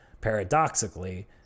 paradoxically